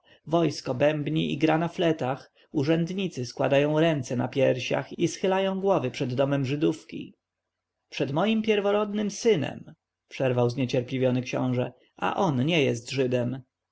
wojsko bębni i gra na fletach urzędnicy składają ręce na piersiach i schylają głowy przed domem żydówki przed moim pierworodnym synem przerwał zniecierpliwiony książę a on nie jest żydem